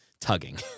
tugging